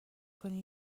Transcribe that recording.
کنی